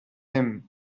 him